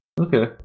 Okay